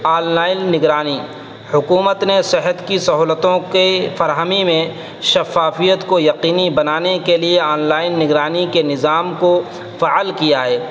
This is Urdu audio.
آن لائن نگرانی حکومت نے صحت کی سہولتوں کی فراہمی میں شفافیت کو یقینی بنانے کے لئے آن لائن نگرانی کے نظام کو فعال کیا ہے